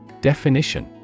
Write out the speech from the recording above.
Definition